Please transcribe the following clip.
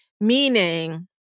meaning